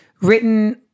written